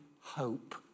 hope